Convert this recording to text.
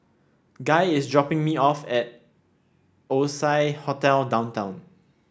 Guy is dropping me off at Oasia Hotel Downtown